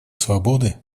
свободы